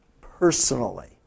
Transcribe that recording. personally